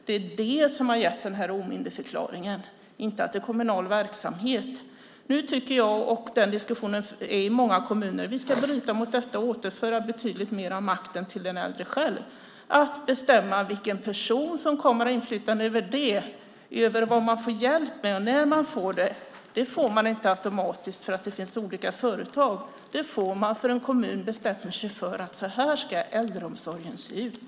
Det är det som har gjort den här omyndigförklaringen, inte att det är kommunal verksamhet. Nu har man diskussionen i många kommuner att vi ska bryta mot det och återföra betydligt mer av makten till den äldre att själv bestämma vilken person som kommer. Inflytande över det och vad man får hjälp med och när man får det får man inte automatiskt för att det finns olika företag. Det får man för att en kommun bestämmer att så här ska äldreomsorgen se ut.